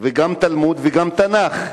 וגם תלמוד וגם תנ"ך,